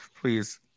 Please